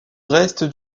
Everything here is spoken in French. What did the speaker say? reste